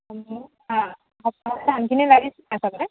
অঁ এই সপ্তাহতে ধানখিনি লাগিছিলে আচলতে